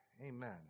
Amen